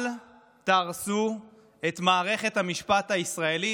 אל תהרסו את מערכת המשפט הישראלית,